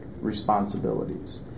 responsibilities